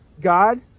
God